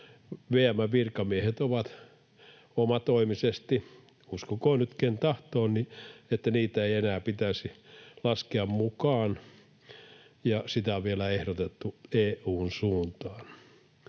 VM:n virkamiehet ovat omatoimisesti päättäneet — uskokoon nyt, ken tahtoo — että niitä ei enää pitäisi laskea mukaan, ja sitä on vielä ehdotettu EU:n suuntaan